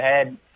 ahead